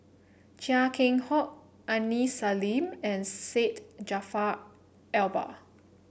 Chia Keng Hock Aini Salim and Syed Jaafar Albar